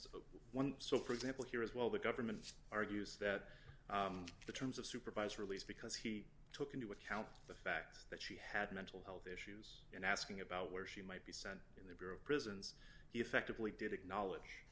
once so for example here as well the government argues that the terms of supervised release because he took into account the fact that she had mental health issues and asking about where she might be sent in the bureau of prisons he effectively did acknowledge